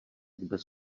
bez